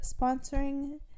sponsoring